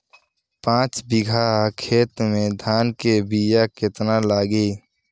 पाँच बिगहा खेत में धान के बिया केतना लागी?